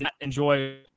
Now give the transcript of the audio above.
enjoy